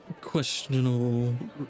Questionable